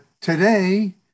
Today